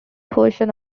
portion